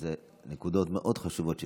אלה נקודות מאוד חשובות שציינת,